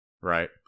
Right